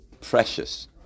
precious